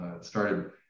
started